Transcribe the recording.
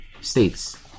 states